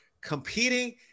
competing